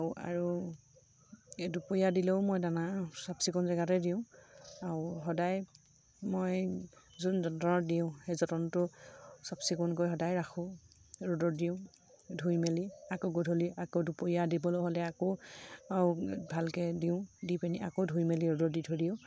আৰু এই দুপৰীয়া দিলেও মই দানা চাফ চিকুণ জেগাতে দিওঁ আৰু সদায় মই যোন যতনত দিওঁ সেই যতনটো চাফ চিকুণকৈ সদায় ৰাখোঁ ৰ'দত দিওঁ ধুই মেলি আকৌ গধূলি আকৌ দুপৰীয়া দিবলৈ হ'লে আকৌ আৰু ভালকৈ দিওঁ দি পেনি আকৌ ধুই মেলি ৰ'দত দি থৈ দিওঁ